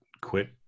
quit